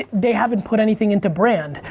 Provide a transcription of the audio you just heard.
they haven't put anything into brand,